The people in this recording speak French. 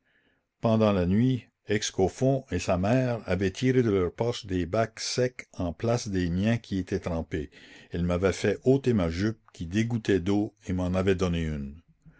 pendant la nuit excoffons et sa mère avaient tiré de leurs poches des bas secs en place des miens qui étaient trempés elles m'avaient fait ôter ma jupe qui dégouttait d'eau et m'en avait donné une